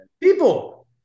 people